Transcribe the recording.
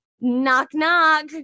knock-knock